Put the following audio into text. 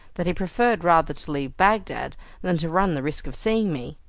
that he preferred rather to leave bagdad than to run the risk of seeing me.